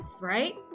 Right